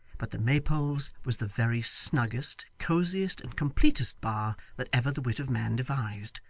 but the maypole's was the very snuggest, cosiest, and completest bar, that ever the wit of man devised.